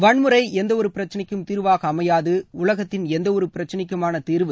வன்முறை எந்தவொரு பிரச்சினைக்கும் தீர்வாக அமையாது உலகத்தின் எந்தவொரு பிரச்சினைக்குமான தீர்வு